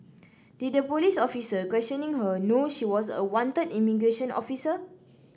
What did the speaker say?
did the police officer questioning her know she was a wanted immigration officer